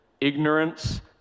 ignorance